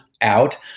out